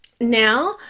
Now